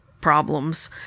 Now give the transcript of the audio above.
problems